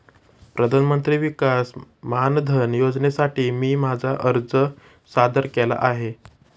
प्रधानमंत्री किसान मानधन योजनेसाठी मी माझा अर्ज सादर केला आहे